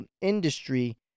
industry